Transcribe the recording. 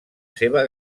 seva